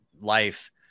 life